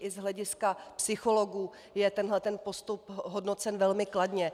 I z hlediska psychologů je tenhle postup hodnocen velmi kladně.